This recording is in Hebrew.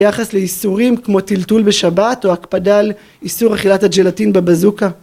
יחס לאיסורים כמו טלטול בשבת או הקפדה על איסור אכילת הג׳לטין בבזוקה